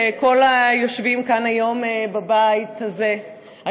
שכל היושבים כאן היום בבית הזה,